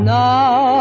Now